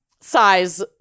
size